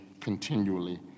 continually